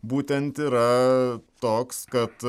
būtent yra toks kad